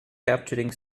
capturing